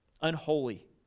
Unholy